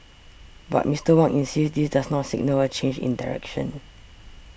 but Mister Wong insists this does not signal a change in direction